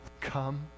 come